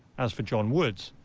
as for john woods,